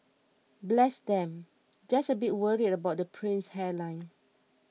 bless them just a bit worried about the prince's hairline